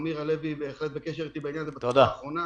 אמיר הלוי בקשר איתי בעניין הזה בשנה האחרונה.